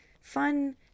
fun